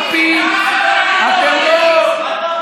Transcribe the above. פעם אחר פעם אחר פעם.